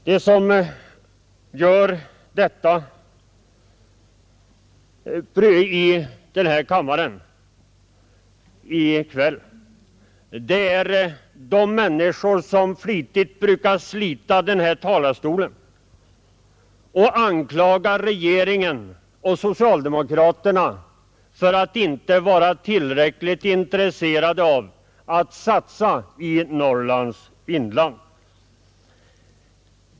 De som denna eftermiddag gör det är människor, som flitigt brukar slita denna talarstol och anklaga regeringen och socialdemokraterna för att inte vara tillräckligt intresserade av att satsa i Norrlands inland.